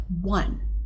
one